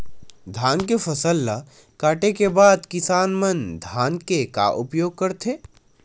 धान के फसल ला काटे के बाद किसान मन धान के का उपयोग करथे?